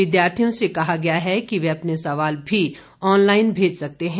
विद्यार्थियों से कहा गया है कि वे अपने सवाल भी ऑनलाइन भेज सकते हैं